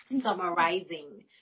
Summarizing